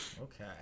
Okay